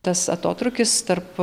tas atotrūkis tarp